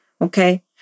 Okay